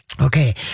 Okay